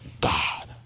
God